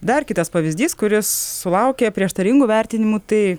dar kitas pavyzdys kuris sulaukė prieštaringų vertinimų tai